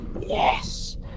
yes